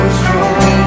strong